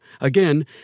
Again